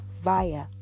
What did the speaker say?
via